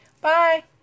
Bye